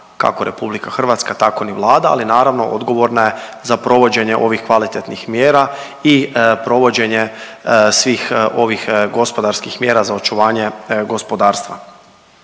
kako RH tako ni Vlada, ali naravno odgovorna je za provođenje ovih kvalitetnih mjera i provođenje svih ovih gospodarskih mjera za očuvanje gospodarstva.